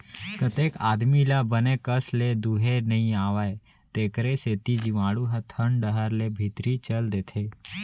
कतेक आदमी ल बने कस ले दुहे नइ आवय तेकरे सेती जीवाणु ह थन डहर ले भीतरी चल देथे